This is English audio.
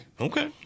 Okay